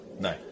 no